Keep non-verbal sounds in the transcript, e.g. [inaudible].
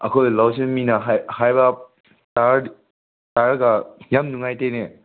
ꯑꯩꯈꯣꯏ ꯂꯧꯁꯦ ꯃꯤꯅ ꯍꯥꯏꯔꯞ [unintelligible] ꯌꯥꯝ ꯅꯨꯡꯉꯥꯏꯇꯦꯅꯦ